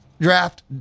draft